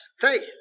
faith